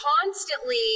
constantly